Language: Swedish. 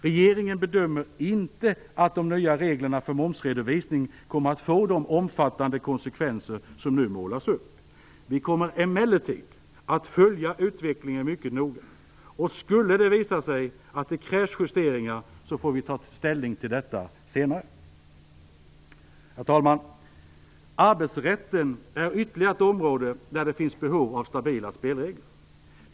Regeringen bedömer inte att den nya reglerna för momsredovisning kommer att få de omfattande konsekvenser som nu målas upp. Vi kommer emellertid att följa utvecklingen mycket noga, och skulle det visa sig att det krävs justeringar, får vi ta ställning till detta senare. Herr talman! Arbetsrätten är ytterligare ett område där det finns behov av stabila spelregler.